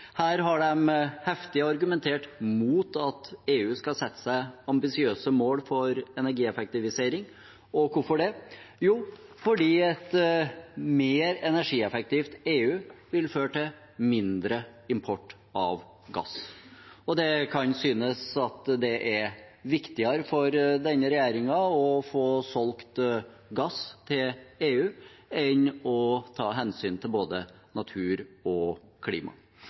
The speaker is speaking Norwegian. Her har en heftig argumentert imot at EU skal sette seg ambisiøse mål for energieffektivisering – hvorfor det? Jo, fordi et mer energieffektivt EU vil føre til mindre import av gass. Det kan synes som om det er viktigere for denne regjeringen å få solgt gass til EU enn å ta hensyn til både natur og klima.